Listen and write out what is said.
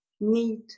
need